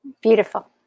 Beautiful